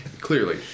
Clearly